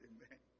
Amen